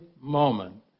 moment